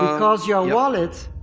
because your wallet,